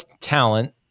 talent